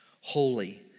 holy